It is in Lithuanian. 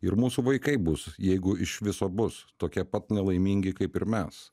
ir mūsų vaikai bus jeigu iš viso bus tokie pat nelaimingi kaip ir mes